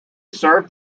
served